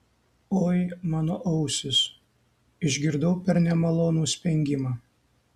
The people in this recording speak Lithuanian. oi mano ausys išgirdau per nemalonų spengimą